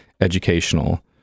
educational